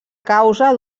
causa